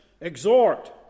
exhort